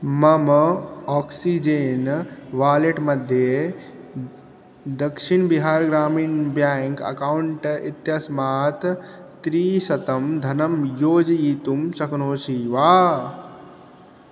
मम oxygen wallet मध्ये Dakshin Bihar Gramin bank account इत्यस्मात् त्रिशतं धनं योजयितुं शक्नोषि वा